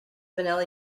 vanilla